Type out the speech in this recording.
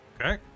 Okay